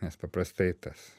nes paprastai tas